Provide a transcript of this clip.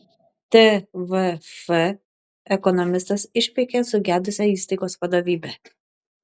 tvf ekonomistas išpeikė sugedusią įstaigos vadovybę